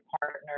partner